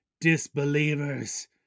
disbelievers